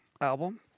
album